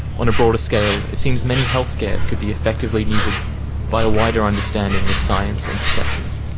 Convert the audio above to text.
on a broader scale, it seems many health scares could be effectively neutered by a wider understanding of science and perception.